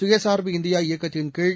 சுயசா்பு இந்தியா இயக்கத்தின் கீழ்